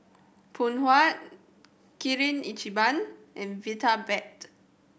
Phoon Huat Kirin Ichiban and Vitapet